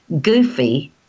goofy